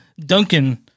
Duncan